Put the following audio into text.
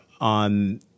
on